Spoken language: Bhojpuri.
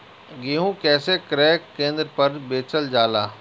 गेहू कैसे क्रय केन्द्र पर बेचल जाला?